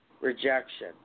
Rejection